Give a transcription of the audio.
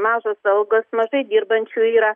mažos algos mažai dirbančių yra